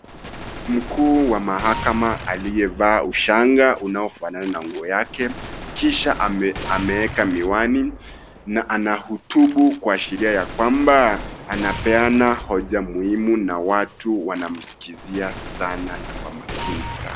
Mkuu wa mahakama aliye vaa ushanga unaofanana nguo yake, kisha ameweka miwani na anahutubu kwashiria ya kwamba anapeana hoja muhimu ,na watu wanamskizia sana na kwa makini sana.